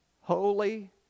Holy